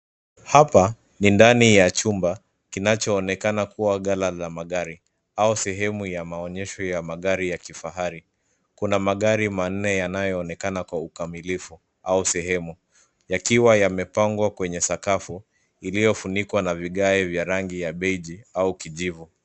Hapa ni ndani ya chumba kinachoonekana kuwa gala za magari au sehemu ya maonyesho ya magari ya kifahari. Kuna magari manne yanayoonekana kwa ukamilifu au sehemu yakiwa yamepangwa kwenye sakafu iliyofunikwa na vigae vya rangi ya beige au kijivu.